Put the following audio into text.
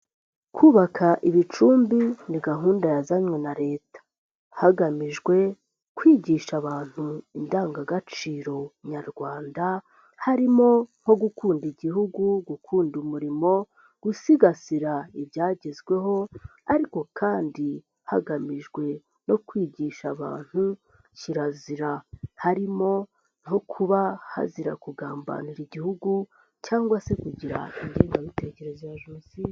Kubaka ibicumbi ni gahunda yazanywe na Leta hagamijwe kwigisha abantu indangagaciro nyarwanda harimo nko gukunda Igihugu, gukunda umurimo, gusigasira ibyagezweho ariko kandi hagamijwe no kwigisha abantu kirazira harimo nko kuba hazira kugambanira Igihugu cyangwa se kugira ingengabitekerezo ya jenoside.